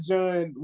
John